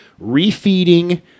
refeeding